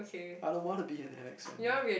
I don't want to be an Alexander